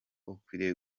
ukwiriye